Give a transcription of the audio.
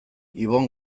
ibon